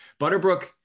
Butterbrook